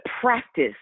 practice